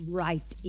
right